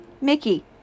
Mickey